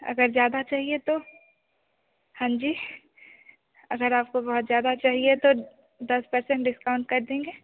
अगर ज़्यादा चाहिए तो हाँ जी अगर आपको बहुत ज्यादा चाहिए तो दस पर्सेन्ट डिस्काउंट कर देंगे